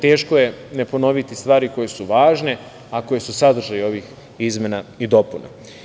Teško je ne ponoviti stvari koje su važne, a koje su sadržaj ovih izmena i dopuna.